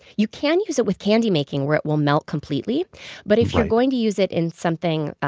you can use it with candy making, where it will melt completely but if you're going to use it in something,